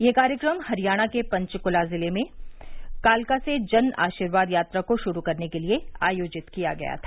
यह कार्यक्रम हरियाणा के पंचकुला जिले में कालका से जन आशीर्याद यात्रा को शुरू करने के लिए आयोजित किया गया था